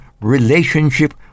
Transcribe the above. relationship